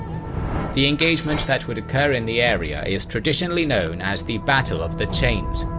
the engagement that would occur in the area is traditionally known as the battle of the chains,